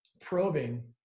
probing